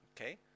Okay